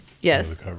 yes